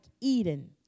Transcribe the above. Eden